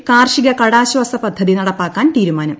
അസമിൽ കാർഷിക കടാശ്വാസ പദ്ധതി നടപ്പാക്കാൻ തീരുമാനം